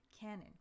canon